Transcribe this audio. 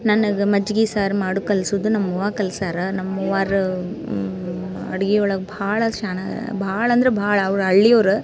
ನನಗೆ ಮಜ್ಗೆ ಸಾರು ಮಾಡು ಕಲ್ಸೋದ್ ನಮ್ಮಅವ್ವ ಕಲಿಸಾರ ನಮ್ಮಅವ್ವಾರು ಅಡುಗೆಯೊಳಗೆ ಭಾಳ ಶಾನಾ ಭಾಳ ಅಂದ್ರೆ ಭಾಳ ಅವ್ರು ಹಳ್ಳಿಯೋರು